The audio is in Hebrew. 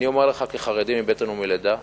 אני אומר לך כחרדי מבטן ומלידה: